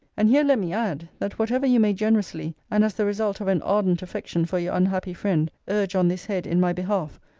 and here let me add, that whatever you may generously, and as the result of an ardent affection for your unhappy friend, urge on this head, in my behalf,